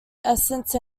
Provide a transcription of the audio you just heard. essence